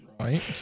Right